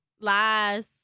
Lies